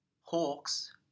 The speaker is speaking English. hawks